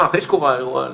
אחרי שקורה האירוע,